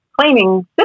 claiming